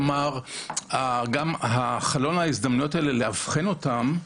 חלון ההזדמנויות הזה לאבחן אותם,